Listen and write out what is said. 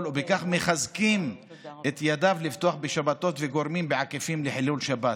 ובכך מחזקים את ידיו לפתוח בשבתות וגורמים בעקיפין לחילול שבת.